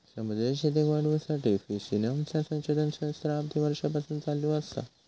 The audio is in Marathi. समुद्री शेतीक वाढवुसाठी फिश जिनोमचा संशोधन सहस्त्राबधी वर्षांपासून चालू असा